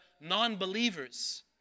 non-believers